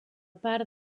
part